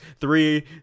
three